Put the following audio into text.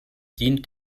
dient